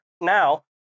now